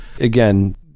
Again